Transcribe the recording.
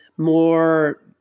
More